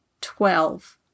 twelve